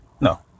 No